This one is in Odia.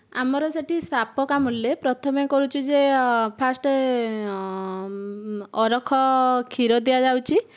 ଆମର ସେଇଠି ସାପ କାମୁଡ଼ିଲେ ପ୍ରଥମେ କରୁଛୁ ଯେ ଫାଷ୍ଟ୍ ଅରଖ କ୍ଷୀର ଦିଆଯାଉଛି